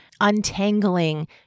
untangling